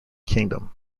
kingdom